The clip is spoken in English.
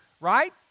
right